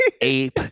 Ape